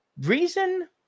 reason